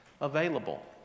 available